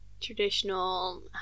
traditional